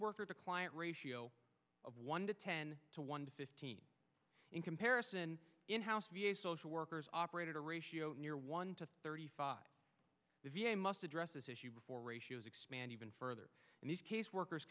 worker to client ratio of one to ten to one to fifteen in comparison in house v a social workers operate a ratio near one to thirty five the v a must address this issue before ratios expand even further and these caseworkers